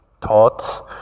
thoughts